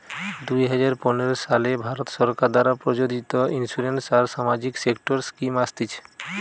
দুই হাজার পনের সালে ভারত সরকার দ্বারা প্রযোজিত ইন্সুরেন্স আর সামাজিক সেক্টর স্কিম আসতিছে